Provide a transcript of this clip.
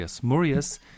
Murius